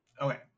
Okay